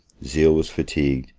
zeal was fatigued,